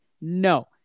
No